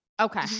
Okay